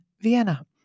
Vienna